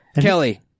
Kelly